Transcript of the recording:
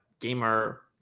gamer